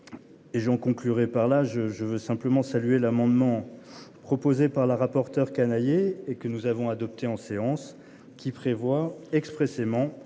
Et je conclurai par là je je veux simplement saluer l'amendement proposé par la rapporteure Canayer et que nous avons adopté en séance qui prévoit expressément